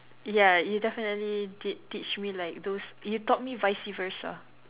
ya you definitely did teach me like those you taught me vice-versa